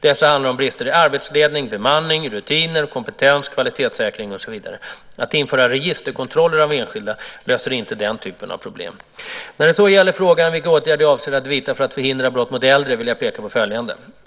Dessa handlar om brister i arbetsledning, bemanning, rutiner, kompetens, kvalitetssäkring och så vidare. Att införa registerkontroller av enskilda löser inte den typen av problem. När det så gäller frågan om vilka åtgärder jag avser att vidta för att förhindra brott mot äldre vill jag peka på följande.